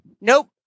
Nope